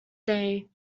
day